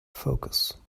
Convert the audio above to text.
focus